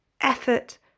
effort